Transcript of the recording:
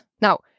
Now